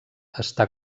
està